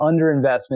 underinvestment